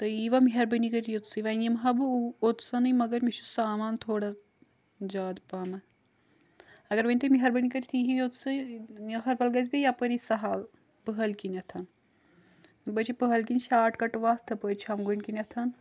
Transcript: تُہۍ ییٖوا میہربانی کرتھ یوتھٕے وۄنۍ یمہٕ ہا بہٕ اوتھٕے مگر مےٚ چھُ سامان تھوڑا زیادٕ پہمتھ اگر وۄنۍ تُہۍ میہربٲنی کرتھ ییِو یوتسٕے أہَربَل گژھ بیٚیہِ یپاری سہل پہلۍ کنتھن بییہِ چھِ پہلۍ کِن شاٹ کٹ وتھ تپٲرۍ چھۄمبگُنٛڈۍ کِنیتھن